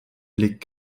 blickt